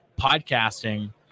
podcasting